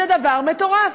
זה דבר מטורף.